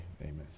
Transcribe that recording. amen